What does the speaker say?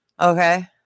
Okay